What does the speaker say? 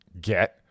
get